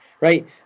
right